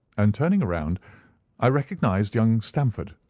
and turning round i recognized young stamford,